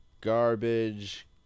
garbage